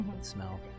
smell